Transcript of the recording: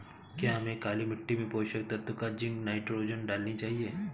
क्या हमें काली मिट्टी में पोषक तत्व की जिंक नाइट्रोजन डालनी चाहिए?